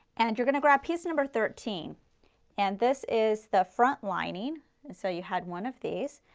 and you are going to grab piece number thirteen and this is the front lining and so you had one of these.